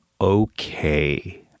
okay